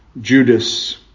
Judas